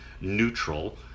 neutral